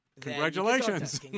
congratulations